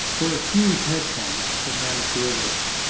there are huge hedge funds that manage derivatives.